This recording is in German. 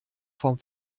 vom